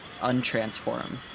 untransform